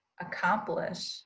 accomplish